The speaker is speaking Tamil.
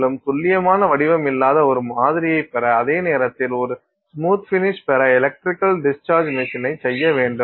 மேலும் துல்லியமான வடிவம் இல்லாத ஒரு மாதிரியைப் பெற அதே நேரத்தில் ஒரு ஸ்மூத் பினிஷ் பெற எலக்ட்ரிக்கல் டிஸ்சார்ஜ் மெஷினை செய்ய வேண்டும்